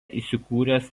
įsikūręs